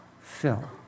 Fill